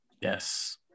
Yes